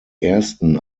ersten